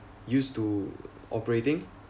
used to operating